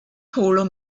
polo